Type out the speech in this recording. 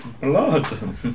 Blood